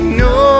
no